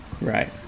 Right